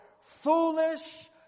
foolish